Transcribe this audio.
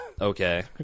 Okay